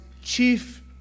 chief